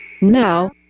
Now